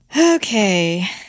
Okay